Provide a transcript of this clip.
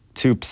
two